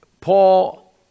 Paul